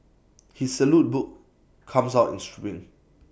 his saute book comes out in